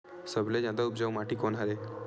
सबले जादा उपजाऊ माटी कोन हरे?